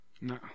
No